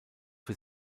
für